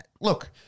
Look